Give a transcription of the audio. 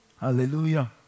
Hallelujah